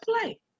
play